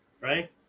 right